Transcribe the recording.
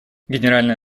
генеральная